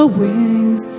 wings